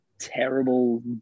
terrible